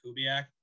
Kubiak